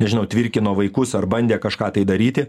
nežinau tvirkino vaikus ar bandė kažką tai daryti